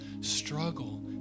struggle